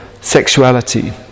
sexuality